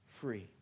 free